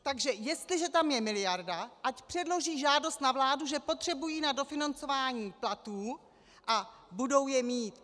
Takže jestliže tam je miliarda, ať předloží žádost na vládu, že potřebují na dofinancování platů, a budou je mít.